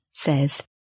says